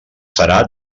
serà